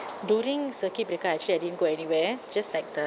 during circuit breaker actually I didn't go anywhere just like the